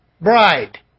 bride